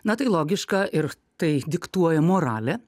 na tai logiška ir tai diktuoja moralė